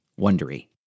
Wondery